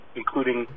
including